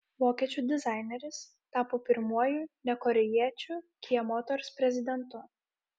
vokiečių dizaineris tapo pirmuoju ne korėjiečiu kia motors prezidentu